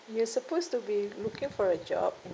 you supposed to be looking for a job